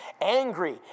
angry